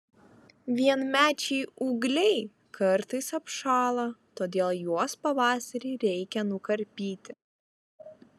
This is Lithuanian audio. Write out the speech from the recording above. vienmečiai ūgliai kartais apšąla todėl juos pavasarį reikia nukarpyti